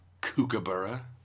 Kookaburra